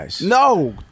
No